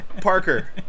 Parker